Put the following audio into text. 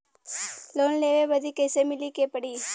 Loan लेवे बदी कैसे मिले के पड़ी?